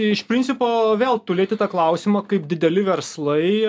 iš principo vėl tu lieti tą klausimą kaip dideli verslai